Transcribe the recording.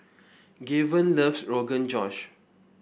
Gaven loves Rogan Josh